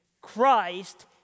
Christ